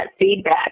feedback